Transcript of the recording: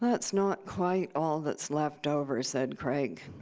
that's not quite all that's left over said crake.